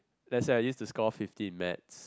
let's say I used to score fifteen in maths